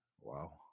Wow